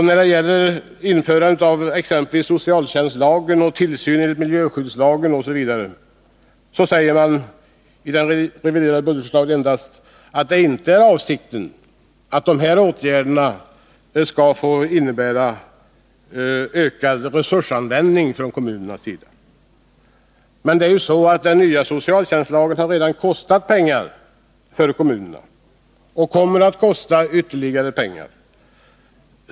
När det gäller införandet av exempelvis socialtjänstlagen, tillsyn enligt miljöskyddslagen m.m., säger han i det reviderade budgetförslaget endast att det inte är avsikten att kommunernas resursanvändning skall öka genom dessa åtgärder. Men den nya socialtjänstlagen har ju redan kostat pengar för kommunerna, och den kommer att kosta ytterligare.